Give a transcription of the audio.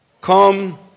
come